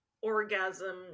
orgasm